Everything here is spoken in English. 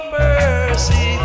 mercy